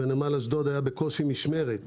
ובנמל אשדוד הייתה המתנה של בקושי משמרת.